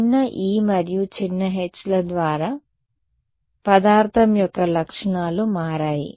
చిన్న e మరియు చిన్న h ల ద్వారా పదార్థం యొక్క లక్షణాలు మారాయి